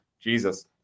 Jesus